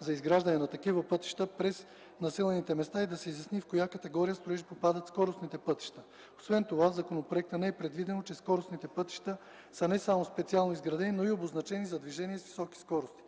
за изграждане на такива пътища през населените места и да се изясни в коя категория строежи попадат скоростните пътища. Освен това в законопроекта не е предвидено, че скоростните пътища са не само специално изградени, но и обозначени за движение с високи скорости,